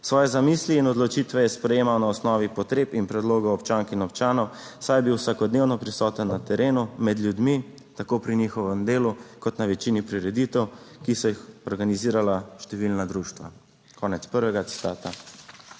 Svoje zamisli in odločitve je sprejemal na osnovi potreb in predlogov občank in občanov, saj je bil vsakodnevno prisoten na terenu med ljudmi, tako pri njihovem delu kot na večini prireditev, ki so jih organizirala številna društva." - konec prvega citata.